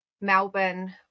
Melbourne